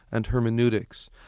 and hermeneutics.